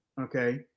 okay